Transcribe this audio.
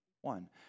one